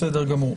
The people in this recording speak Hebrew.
בסדר גמור.